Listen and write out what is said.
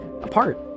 apart